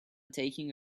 taking